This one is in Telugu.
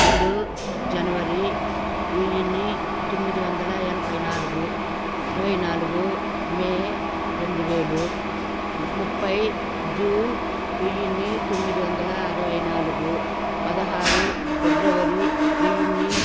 రెండు జనవరి వెయ్యిన్ని తొమ్మిది వందల ఎనభై నాలుగు ఇరవై నాలుగు మే రెండు వేలు ముప్పై జూన్ వెయ్యిన్ని తొమ్మిది వందల అరవై నాలుగు పదహారు ఫిబ్రవరి వెయ్యిన్ని